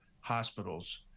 hospitals